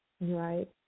right